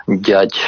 judge